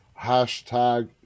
Hashtag